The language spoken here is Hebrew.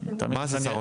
מה הוא עשה?